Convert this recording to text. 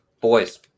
boys